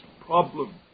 problem